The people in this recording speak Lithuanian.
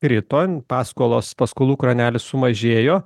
krito paskolos paskolų kranelis sumažėjo